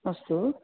अस्तु